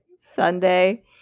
Sunday